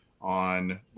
on